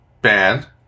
band